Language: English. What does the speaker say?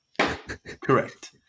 Correct